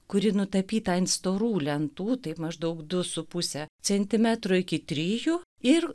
kuri nutapyta ant storų lentų taip maždaug du su puse centimetro iki trijų ir